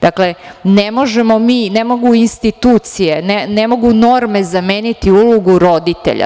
Dakle, ne možemo mi, ne mogu institucije, ne mogu norme, zameniti ulogu roditelja.